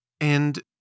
And-